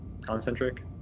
concentric